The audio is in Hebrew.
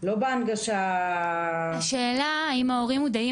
לא בהנגשה --- השאלה אם ההורים מודעים